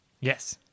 Yes